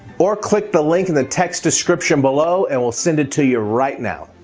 or click the link in the text description below, and we'll send it to you right now.